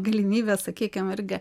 galimybės sakykim irgi